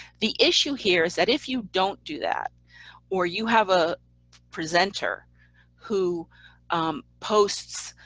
the issue here is that if you don't do that or you have a presenter who posts